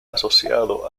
asociado